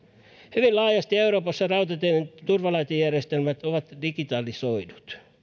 hyvin laajasti euroopassa rautateiden turvalaitejärjestelmät on digitalisoitu